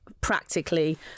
practically